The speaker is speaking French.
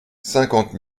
cinquante